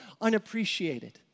unappreciated